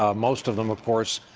ah most of them, of course,